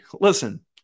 Listen